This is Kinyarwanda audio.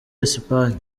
esipanye